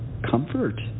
comfort